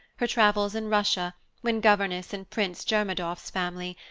her travels in russia when governess in prince jermadoff's family,